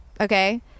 Okay